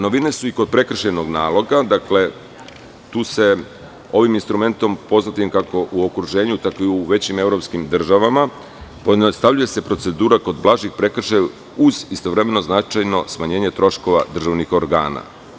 Novine su i kod prekršajnog naloga, tu se ovim instrumentom, kako u okruženju, tako i u većim evropskim državama, pojednostavljuje se procedura kod blažih prekršaja uz istovremeno značajno smanjenje troškova državnih organa.